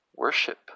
worship